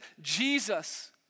Jesus